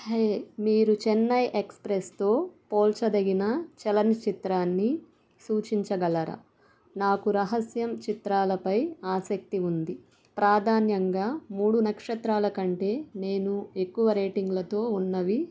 హే మీరు చెన్నై ఎక్స్ప్రెస్తో పోల్చదగిన చలనచిత్రాన్ని సూచించగలరా నాకు రహస్యం చిత్రాలపై ఆసక్తి ఉంది ప్రాధాన్యంగా మూడు నక్షత్రాల కంటే నేను ఎక్కువ రేటింగులతో ఉన్నవి